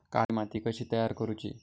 काळी माती कशी तयार करूची?